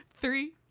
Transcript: Three